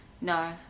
No